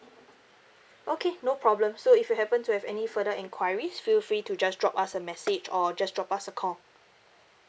okay no problem so if you happen to have any further enquiries feel free to just drop us a message or just drop us a call